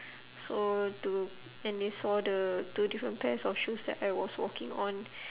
saw two and they saw the two different pairs of shoes that I was walking on